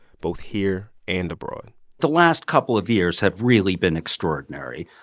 both here and abroad the last couple of years have really been extraordinary.